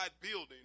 building